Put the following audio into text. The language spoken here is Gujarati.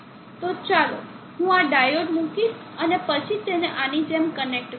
તો ચાલો હું આ ડાયોડ મૂકીશ અને પછી તેને આની જેમ કનેક્ટ કરું